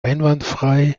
einwandfrei